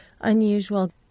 unusual